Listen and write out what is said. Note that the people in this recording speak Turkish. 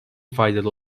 faydalı